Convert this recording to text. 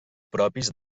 propis